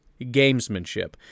Gamesmanship